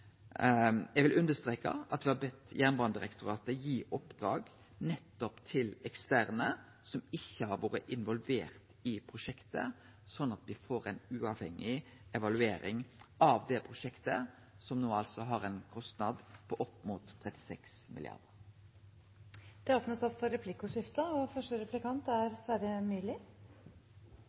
Eg vil understreke at me har bedt Jernbanedirektoratet gi oppdrag til eksterne som ikkje har vore involvert i prosjektet, slik at me får ei uavhengig evaluering av prosjektet, som no har ein kostnad på opp mot 36 mrd. kr. Det blir replikkordskifte.